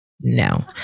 no